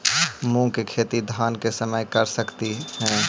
मुंग के खेती धान के समय कर सकती हे?